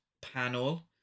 panel